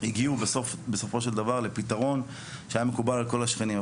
הגיעו בסופו של דבר לפתרון שהיה מקובל על כל השכנים.